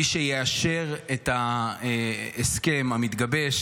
מי שיאשר את ההסכם המתגבש,